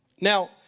Now